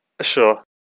Sure